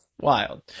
Wild